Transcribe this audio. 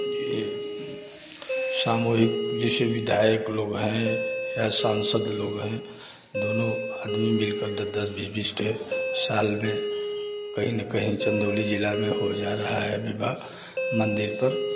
यह सामूहिक जैसे विधायक लोग हैं या सांसद लोग हैं दोनों आदमी मिलकर दस दस बीस बीस ठो साल में कहीं न कहीं चन्दौली ज़िला में हो जा रहा है विवाह मन्दिर पर